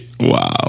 Wow